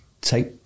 take